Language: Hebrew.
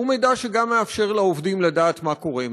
הוא מידע שגם מאפשר לעובדים לדעת מה קורה,